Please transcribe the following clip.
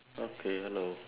okay hello